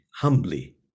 humbly